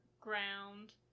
ground